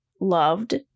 loved